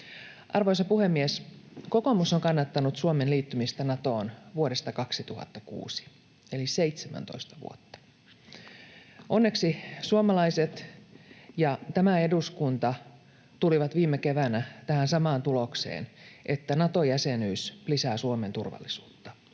Arvoisa puhemies! Kokoomus on kannattanut Suomen liittymistä Natoon vuodesta 2006 eli 17 vuotta. Onneksi suomalaiset ja tämä eduskunta tulivat viime keväänä tähän samaan tulokseen, että Nato-jäsenyys lisää Suomen turvallisuutta.